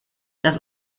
dass